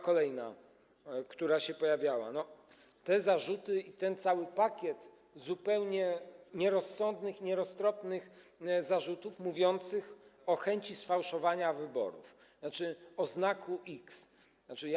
Kolejna sprawa, która się pojawiała, to te zarzuty i ten cały pakiet zupełnie nierozsądnych i nieroztropnych zarzutów mówiących o chęci sfałszowania wyborów, tzn. o znaku X.